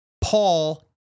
Paul